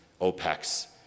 OPEC's